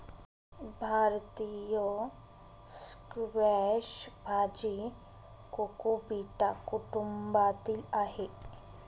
भारतीय स्क्वॅश भाजी कुकुबिटा कुटुंबातील आहे